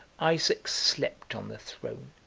isaac slept on the throne,